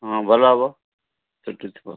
ହଁ ଭଲ ହେବ ସେଠି ଥିବ